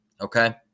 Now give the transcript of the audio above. okay